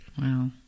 Wow